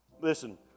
listen